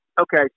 Okay